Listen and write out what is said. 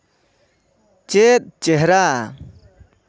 ᱪᱮᱫ ᱪᱮᱦᱨᱟ